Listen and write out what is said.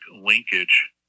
linkage